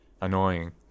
Annoying